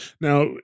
now